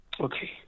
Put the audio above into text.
Okay